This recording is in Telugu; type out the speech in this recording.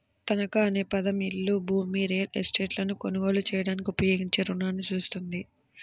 తనఖా అనే పదం ఇల్లు, భూమి, రియల్ ఎస్టేట్లను కొనుగోలు చేయడానికి ఉపయోగించే రుణాన్ని సూచిస్తుంది